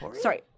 Sorry